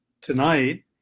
tonight